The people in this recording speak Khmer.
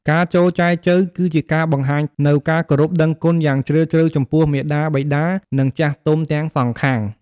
ការចូលចែចូវគឺជាការបង្ហាញនូវ ការគោរពដឹងគុណ យ៉ាងជ្រាលជ្រៅចំពោះ មាតាបិតា និង ចាស់ទុំ ទាំងសងខាង។